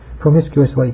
promiscuously